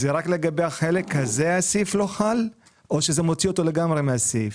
זה רק לגבי החלק הזה הסעיף לא חל או שזה מוציא אותו לגמרי מהסעיף?